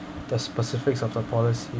the specifics of the policy